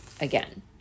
again